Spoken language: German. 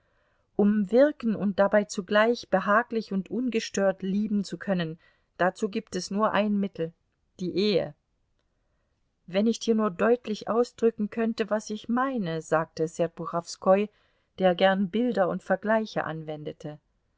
um wirken und dabei zugleich behaglich und ungestört lieben zu können dazu gibt es nur ein mittel die ehe wenn ich dir nur deutlich ausdrücken könnte was ich meine sagte serpuchowskoi der gern bilder und vergleiche anwendete